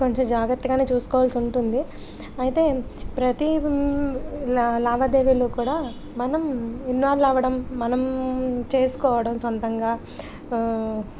కొంచెం జాగ్రత్తగానే చూసుకోవాల్సి ఉంటుంది అయితే ప్రతి లా లావాదేవీలు కూడా మనం ఇన్వాల్వ్ అవ్వడం మనం చేసుకోవడం సొంతంగా